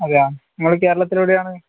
അതെയോ നിങ്ങൾ കേരളത്തിലെവിടെയാണ്